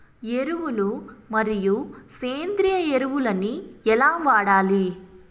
ఎరువులు మరియు సేంద్రియ ఎరువులని ఎలా వాడాలి?